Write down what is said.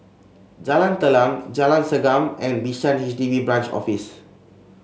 Jalan Telang Jalan Segam and Bishan H D B Branch Office